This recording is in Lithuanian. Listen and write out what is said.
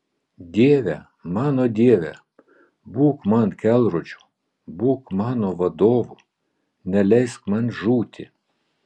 dieve mano dieve būk man kelrodžiu būk mano vadovu neleisk man žūti